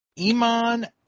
Iman